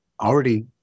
already